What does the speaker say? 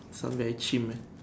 some very chim